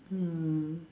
mm